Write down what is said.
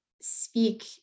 speak